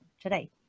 today